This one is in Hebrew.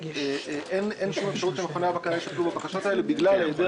אין שום אפשרות שמכוני הבקרה ישתמשו בבקשות האלה בגלל היעדר